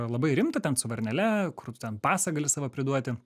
labai rimtą ten su varnele kur tu ten pasą gali savo priduoti